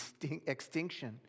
extinction